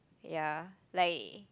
ya like